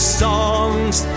songs